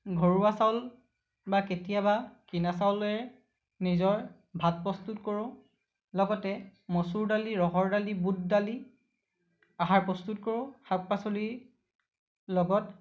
ঘৰুৱা চাউল বা কেতিয়াবা কিনা চাউলেৰে নিজৰ ভাত প্ৰস্তুত কৰোঁ লগতে মচুৰ দালি ৰহৰ দালি বুট দালি আহাৰ প্ৰস্তুত কৰোঁ শাক পাচলি লগত